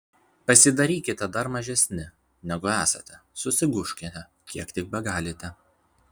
pasidarykite dar mažesni negu esate susigūžkite kiek tik begalite